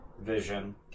vision